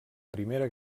primera